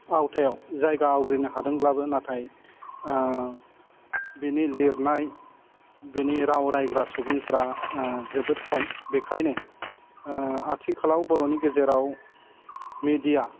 आवथायाव जायगा आवग्रिनो हादोंब्लाबो नाथाय बिनि लिरनाय बिनि राव रायग्रा सुबुंफ्रा जोबोर खम बेखायनो आथिखालाव बर'नि गेजेराव मेडिया